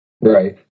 Right